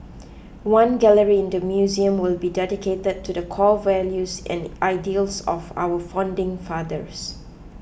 one gallery in the museum will be dedicated to the core values and ideals of our founding fathers